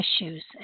Issues